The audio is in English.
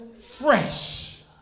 fresh